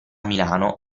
milano